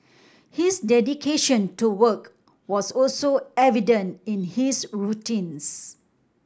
his dedication to work was also evident in his routines